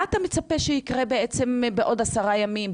מה אתה מצפה שיקרה בעצם בעוד עשרה ימים,